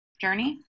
journey